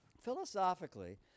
philosophically